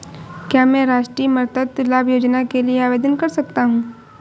क्या मैं राष्ट्रीय मातृत्व लाभ योजना के लिए आवेदन कर सकता हूँ?